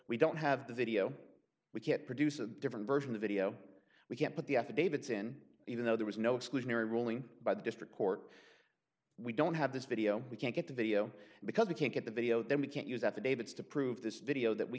we don't have the video we can't produce a different version the video we can't put the affidavits in even though there was no exclusionary ruling by the district court we don't have this video we can't get the video because you can't get the video then we can't use that to david's to prove this video that we